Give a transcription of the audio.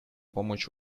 помочь